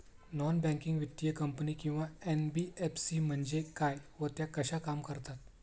Non banking वित्तीय company किंवा NBFC म्हणजे काय व त्या कशा काम करतात?